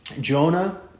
Jonah